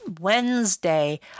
Wednesday